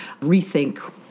rethink